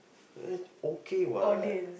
it's okay what